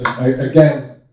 again